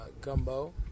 gumbo